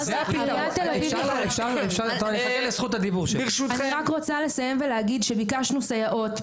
אני רק רוצה לסיים ולהגיד שביקשנו סייעות,